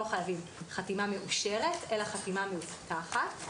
חייבים חתימה מאושרת אלא חתימה מאובטחת,